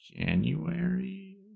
January